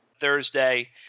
Thursday